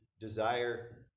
desire